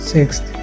Sixth